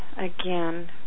again